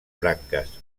branques